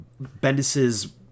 bendis's